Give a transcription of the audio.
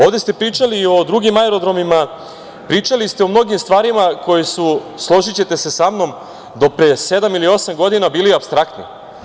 Ovde ste pričali o drugim aerodromima, pričali ste o mnogim stvarima koje su, složićete se sa mnom do pre sedam ili osam godina bili apstraktni.